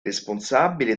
responsabile